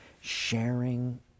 sharing